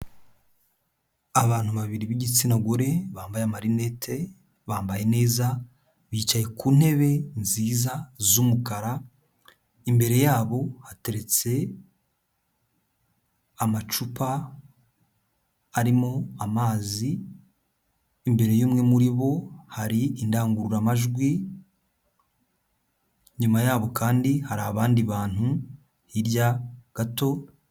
Abantu babiri b'igitsina gore, bambaye amarinete bambaye neza, bicaye ku ntebe nziza z'umukara, imbere yabo hateretse amacupa arimo amazi, imbere y'umwe muri bo hari indangururamajwi, inyuma yabo kandi hari abandi bantu hirya gato.